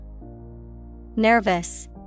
Nervous